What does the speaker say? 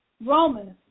Romans